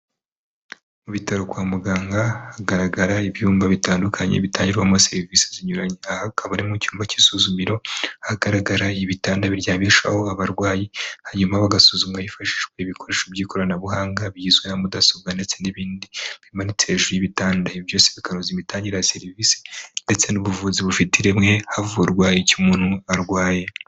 Mu bitaro kwa muganga hagaragara ibyumba bitandukanye bitangirwarwamo serivisi zinyuranye, aha hakaba arimo icyumba cy'isuzumiro hagaragara ibitanda biryamishwaho abarwayi, hanyuma bagasuzumwa hifashishwajwe ibikoresho by'ikoranabuhanga bigizwe na mudasobwa ndetse n'ibindi bimanitse hejuru y'ibitanda, ibi byose bikanoza imitangire ya serivisi ndetse n'ubuvuzi bufite ireme havurwa icyo umuntu arwaye.